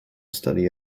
study